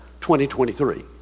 2023